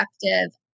effective